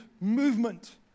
movement